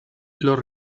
los